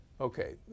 Okay